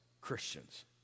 Christians